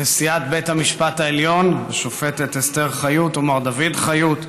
נשיאת בית המשפט העליון השופטת אסתר חיות ומר דוד חיות,